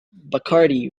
bacardi